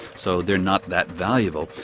so they are not that valuable.